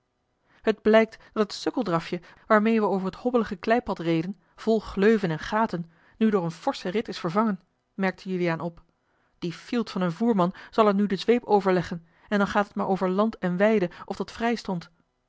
het blijkt dat het sukkeldrafje waarmeê we over het hobbelige kleipad reden vol gleuven en gaten nu door een forschen rit is vervangen merkte juliaan op die fielt van een voerman zal er nu de zweep over leggen en dan gaat het maar over land en weide of dat